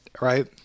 right